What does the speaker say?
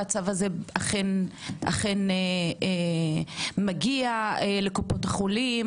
שהצו הזה אכן מגיע לקופות החולים,